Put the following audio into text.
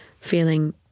feeling